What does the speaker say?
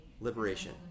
Liberation